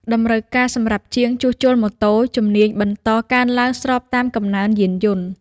តម្រូវការសម្រាប់ជាងជួសជុលម៉ូតូជំនាញបន្តកើនឡើងស្របតាមកំណើនយានយន្ត។